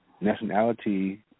nationality